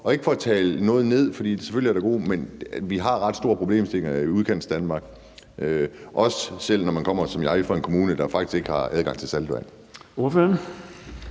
er ikke for at tale noget ned, men vi har ret store problemstillinger i Udkantsdanmark, også selv når man som mig kommer fra en kommune, der faktisk ikke har adgang til saltvand.